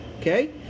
Okay